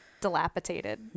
dilapidated